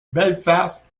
belfast